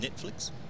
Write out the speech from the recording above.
Netflix